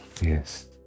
Yes